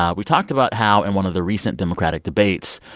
ah we talked about how in one of the recent democratic debates,